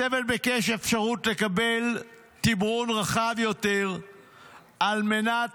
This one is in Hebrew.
הצוות בקש אפשרות לקבל תמרון רחב יותר על מנת